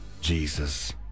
Jesus